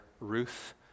Ruth